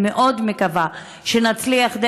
אני מאוד מקווה שנצליח,